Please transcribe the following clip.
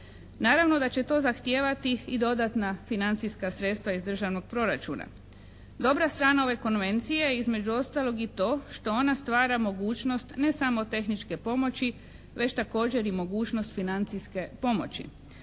Naravno da će to zahtijevati i dodatna financijska sredstva iz državnog proračuna. Dobra strana ove Konvencije je između ostalog i to što ona stvara mogućnost ne samo tehničke pomoći već također i mogućnost financijske pomoći.